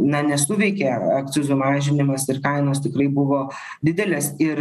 na nesuveikė o akcizų mažinimas ir kainos tikrai buvo didelės ir